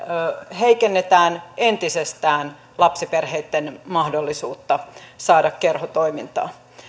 heikennetään entisestään lapsiperheitten mahdollisuutta saada kerhotoimintaa